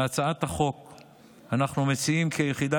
בהצעת החוק אנחנו מציעים כי היחידה